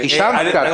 מה